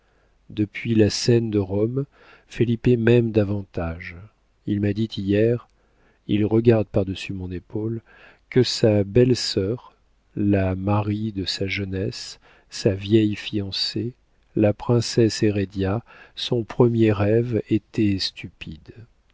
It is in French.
depuis la scène de rome felipe m'aime davantage il m'a dit hier il regarde par-dessus mon épaule que sa belle-sœur la marie de sa jeunesse sa vieille fiancée la princesse hérédia son premier rêve était stupide